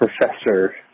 professor